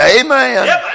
amen